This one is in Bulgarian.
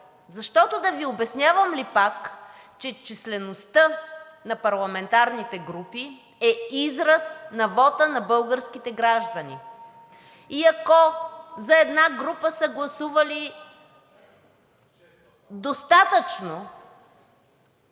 Защото да Ви обяснявам ли пак, че числеността на парламентарните групи е израз на вота на българските граждани? И ако за една група са гласували достатъчно